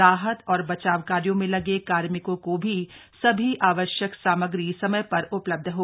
राहत औक बचाव कार्यों में लगे कार्मिकों को भी सभी आवश्यक सामग्री समय पर उपलब्ध हो